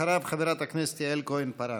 אחריו, חברת הכנסת יעל כהן-פארן.